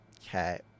Okay